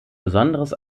besonderes